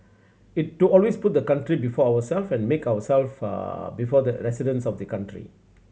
it to always put the country before ourselves and never put ourselves before the residents of the country